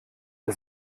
der